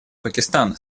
пакистан